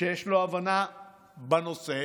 שיש לו הבנה בנושא,